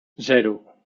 zero